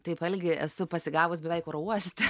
taip algį esu pasigavus beveik oro uoste